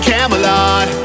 Camelot